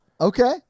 okay